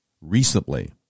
recently